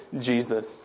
Jesus